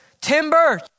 Timber